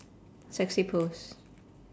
sexy pose